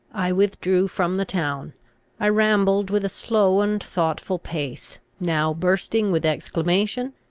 i withdrew from the town i rambled with a slow and thoughtful pace, now bursting with exclamation,